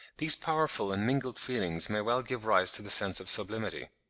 these powerful and mingled feelings may well give rise to the sense of sublimity.